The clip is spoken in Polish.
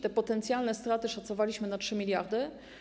Te potencjalne straty szacowaliśmy na 3 mld.